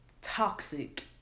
toxic